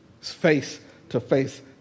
face-to-face